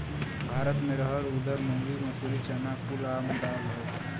भारत मे रहर ऊरद मूंग मसूरी चना कुल आम दाल हौ